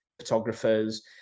photographers